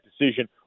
decision